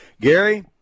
Gary